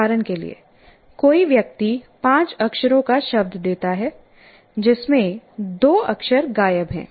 उदाहरण के लिए कोई व्यक्ति पाँच अक्षरों का शब्द देता है जिसमें दो अक्षर गायब हैं